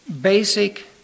basic